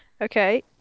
Okay